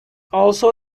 also